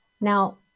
Now